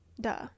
Duh